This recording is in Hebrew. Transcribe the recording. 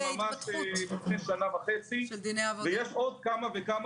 --- ממש לפני שנה וחצי מדינה ויש עוד כמה וכמה